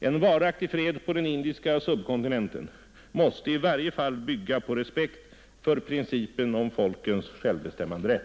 En varaktig fred på den indiska subkontinenten måste i varje fall bygga på respekt för principen om folkens självbestämmanderätt.